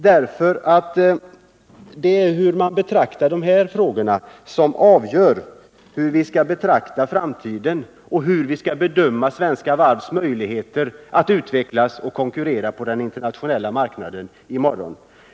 Det är sättet att betrakta dessa frågor som avgör, hur vi skall se på framtiden och bedöma de svenska varvens möjligheter att utvecklas och konkurrera på den internationella marknaden i morgon.